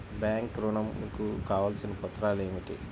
Bank ఋణం కు కావలసిన పత్రాలు ఏమిటి?